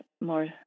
more